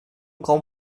grands